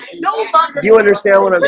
you understand what i'm